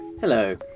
Hello